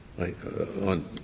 On